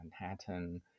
Manhattan